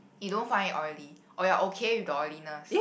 you don't find it oily or you're okay with the oiliness